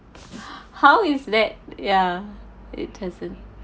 how is that ya it doesn't